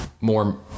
more